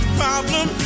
problem